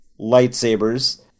lightsabers